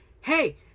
hey